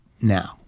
Now